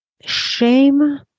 shame